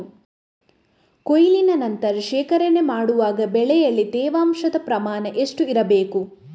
ಕೊಯ್ಲಿನ ನಂತರ ಶೇಖರಣೆ ಮಾಡುವಾಗ ಬೆಳೆಯಲ್ಲಿ ತೇವಾಂಶದ ಪ್ರಮಾಣ ಎಷ್ಟು ಇರಬೇಕು?